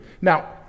Now